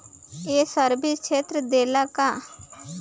ये सर्विस ऋण देला का?